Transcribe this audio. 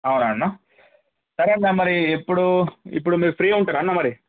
అవునా అన్న సరే అన్న మరి ఎప్పుడూ ఇప్పుడు మీరు ఫ్రీగా ఉంటారా అన్న మరి